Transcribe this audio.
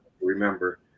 remember